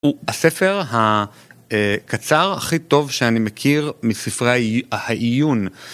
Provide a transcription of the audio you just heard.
‫הוא הספר הקצר הכי טוב ‫שאני מכיר מספרי העיון.